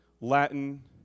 Latin